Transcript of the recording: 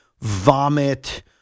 vomit